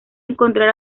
encontrar